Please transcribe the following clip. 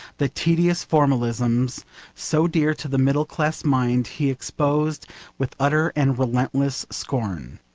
the tedious formalisms so dear to the middle-class mind, he exposed with utter and relentless scorn.